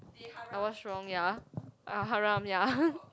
I was wrong ya uh haram ya